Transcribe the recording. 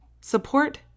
support